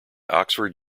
oxford